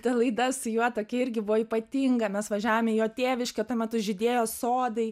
ta laida su juo tokia irgi buvo ypatinga mes važiavom tėviškę tuo metu žydėjo sodai